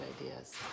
ideas